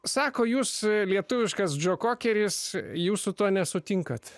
sako jūs lietuviškas džo kokeris jūs su tuo nesutinkat